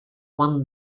won